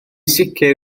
sicr